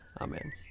Amen